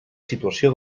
situació